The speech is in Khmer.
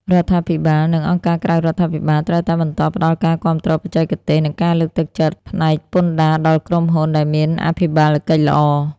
រដ្ឋាភិបាល និងអង្គការក្រៅរដ្ឋាភិបាល ត្រូវតែបន្តផ្ដល់ការគាំទ្របច្ចេកទេស និងការលើកទឹកចិត្តផ្នែកពន្ធដារដល់ក្រុមហ៊ុនដែលមានអភិបាលកិច្ចល្អ។